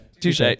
Touche